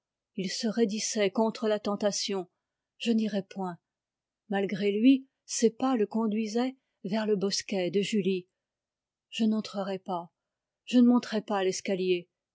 il se raidissait contre la tentation je n'irai point malgré lui ses pas le conduisaient vers le bosquet de julie je n'entrerai pas je ne monterai pas l'escalier